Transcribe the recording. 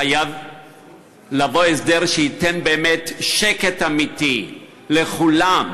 חייב לבוא הסדר שייתן באמת שקט אמיתי לכולם,